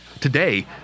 Today